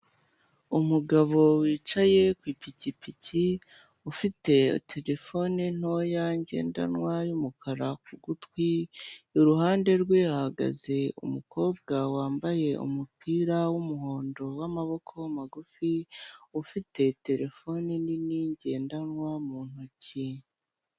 Umugabo wicaye kwipikipiki ufite Telefone ntoya ngendanwa y'umukara kugutwi, iruhande rwe hahagaze umukobwa wambaye umupira w'umuhondo w'amaboko magufi, ufite telefone nini ngendanwa muntoki.